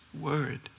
word